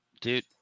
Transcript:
dude